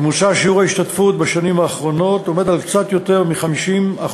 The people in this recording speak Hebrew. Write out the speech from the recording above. ממוצע שיעור ההשתתפות בשנים האחרונות הוא קצת יותר מ-50%.